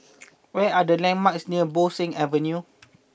where are the landmarks near Bo Seng Avenue